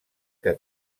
que